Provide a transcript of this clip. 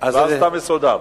ואז אתה מסודר.